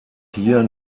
hier